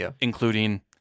including